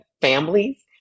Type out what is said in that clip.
Families